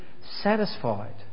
satisfied